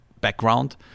background